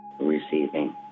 receiving